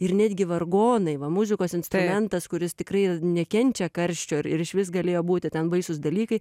ir netgi vargonai va muzikos instrumentas kuris tikrai nekenčia karščio ir ir išvis galėjo būti ten baisūs dalykai